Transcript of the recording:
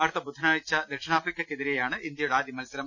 അടുത്ത ബുധനാഴ്ച്ച ദക്ഷിണാഫ്രിക്കക്കെതിരെയാണ് ഇന്ത്യയുടെ ആദ്യ മത്സരം